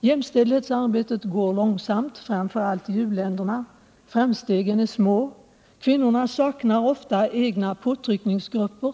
Jämställdhetsarbetet går långsamt, framför allt i u-länderna, framstegen är små. Kvinnorna saknar ofta egna påtryckningsgrupper.